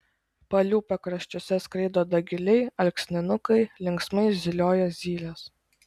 palių pakraščiuose skraido dagiliai alksninukai linksmai zylioja zylės